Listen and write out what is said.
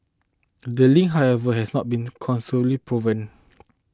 the link however has not been proven